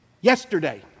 yesterday